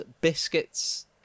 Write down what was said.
Biscuits